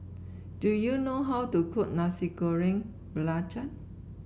do you know how to cook Nasi Goreng Belacan